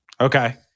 Okay